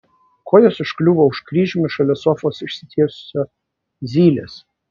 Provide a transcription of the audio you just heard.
kojos užkliuvo už kryžiumi šalia sofos išsitiesusio zylės